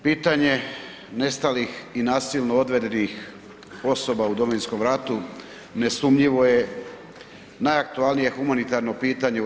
Pitanje nestalih i nasilno odvedenih osoba u Domovinskom ratu nesumnjivo je najaktualnije humanitarno pitanje u RH.